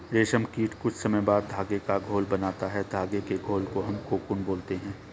रेशम कीट कुछ समय बाद धागे का घोल बनाता है धागे के घोल को हम कोकून बोलते हैं